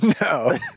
No